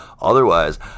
Otherwise